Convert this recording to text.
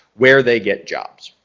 where they get jobs